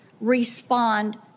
Respond